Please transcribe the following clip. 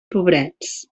pobrets